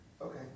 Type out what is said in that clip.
Okay